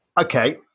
okay